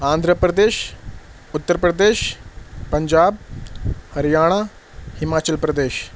Andhra Pradesh Uttar Pradesh Punjab Haryana Himachal Pradesh